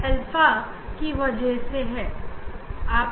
ऐसा इसलिए दिख रहा है क्योंकि